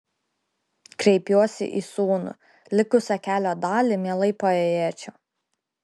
kreipiuosi į sūnų likusią kelio dalį mielai paėjėčiau